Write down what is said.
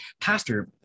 Pastor